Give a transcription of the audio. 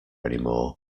anymore